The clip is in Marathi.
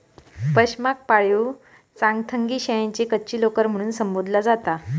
पशमाक पाळीव चांगथंगी शेळ्यांची कच्ची लोकर म्हणून संबोधला जाता